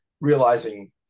realizing